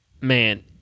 man